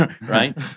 right